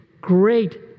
great